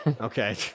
Okay